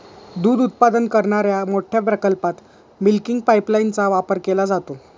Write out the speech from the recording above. दूध उत्पादन करणाऱ्या मोठ्या प्रकल्पात मिल्किंग पाइपलाइनचा वापर केला जातो